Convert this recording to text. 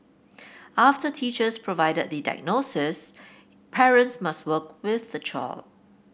after teachers provide the diagnostics parents must work with their child